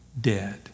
dead